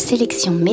Sélection